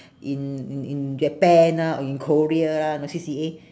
in in in japan lah or in korea lah know C_C_A